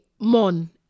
Mon